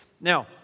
Now